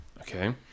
Okay